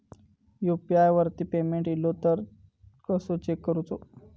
UPI वरती payment इलो तो कसो चेक करुचो?